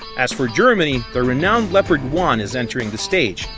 as for germany, the renowned leopard one is entering the stage.